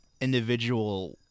individual